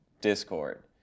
Discord